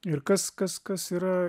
ir kas kas kas yra